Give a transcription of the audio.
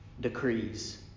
decrees